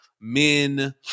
men